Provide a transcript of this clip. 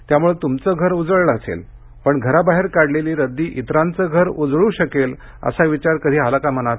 त्यामुळे त्मचं घर उजळलं असेल पण आपण घराबाहेर काढलेली रद्दी इतरांचं घर उजळू शकेल असा विचार कधी आला का मनात